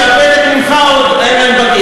שפתק ממך עוד אין להם בכיס.